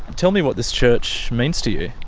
tell me what this church means to you.